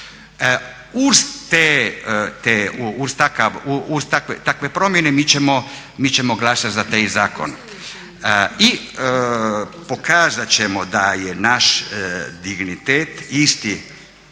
Uz takve promjene mi ćemo glasati za taj zakon i pokazat ćemo da je naš dignitet isti